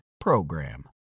PROGRAM